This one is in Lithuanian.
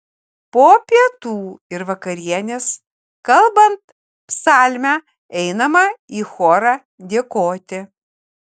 po pietų ir vakarienės kalbant psalmę einama į chorą dėkoti